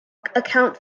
account